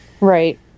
Right